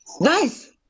Nice